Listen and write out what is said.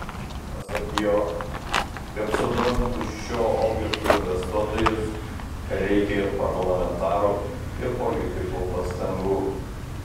pasak jo kad sudomintų šiuo objektu investuotojus reikia ir parlamentarų ir politikų pastangų